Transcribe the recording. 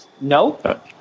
No